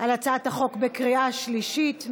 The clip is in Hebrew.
על הצעת החוק בקריאה שלישית.